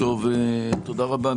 תודה רבה.